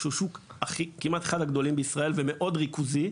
שהוא שוק כמעט אחד הגדולים בישראל ומאוד ריכוזי,